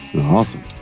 Awesome